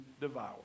devour